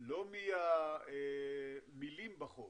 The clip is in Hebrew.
לא מהמילים בחוק